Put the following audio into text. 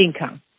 income